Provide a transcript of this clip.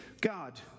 God